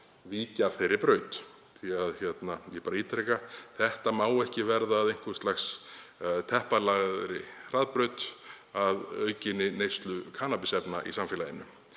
víkja af þeirri braut. Ég ítreka að þetta má ekki verða að teppalagðri hraðbraut að aukinni neyslu kannabisefna í samfélaginu.